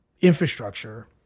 infrastructure